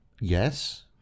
Yes